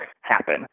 happen